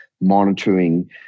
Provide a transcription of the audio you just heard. monitoring